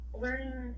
learning